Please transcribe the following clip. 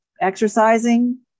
exercising